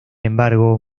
embargo